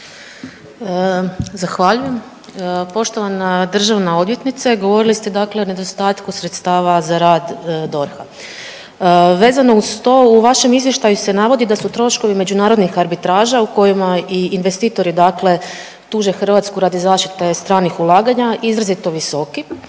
Zahvaljujem. Poštovana državna odvjetnice. Govorili ste dakle o nedostatku sredstava za rad DORH-a, vezano uz to u vašem izvještaju se navodi da su troškovi međunarodnih arbitraža u kojima i investitori tuže Hrvatsku radi zaštite stranih ulaganja izrazito visoki